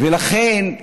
ולכן,